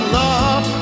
love